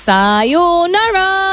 Sayonara